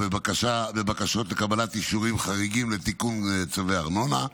בבקשות לקבלת אישורים חריגים לתיקון צווי הארנונה,